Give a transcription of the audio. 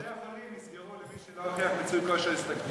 בתי-החולים ייסגרו למי שלא הוכיח מיצוי כושר השתכרות.